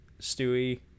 Stewie